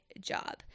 job